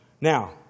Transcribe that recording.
Now